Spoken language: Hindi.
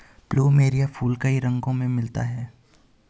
प्लुमेरिया फूल कई रंगो में मिलता है